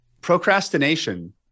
procrastination